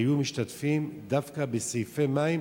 השתתפה דווקא בסעיפי מים,